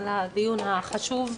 על הדיון החשוב.